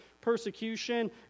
persecution